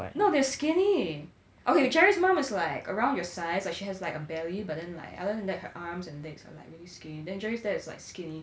no they're skinny okay jerry's mum is like around your size like she has like a belly but like other than that her arms and legs are like really skinny then jerry's dad is like skinny